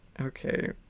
Okay